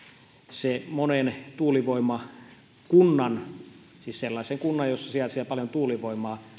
se monen tuulivoimakunnan siis sellaisen kunnan jossa sijaitsee paljon tuulivoimaa